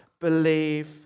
believe